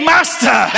Master